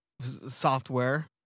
software